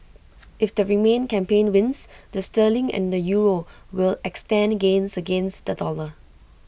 if the remain campaign wins the sterling and the euro will extend gains against the dollar